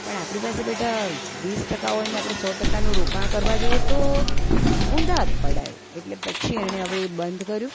પણ આપણી પાસે બેટા વીસ ટકા હોય અને આપડે સો ટકાનું રોકાણ કરવા જઈએ તો ઊંધા જ પડાય એટલે પછી હવે એણે એ બંધ કર્યું